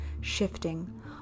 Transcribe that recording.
shifting